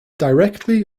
directly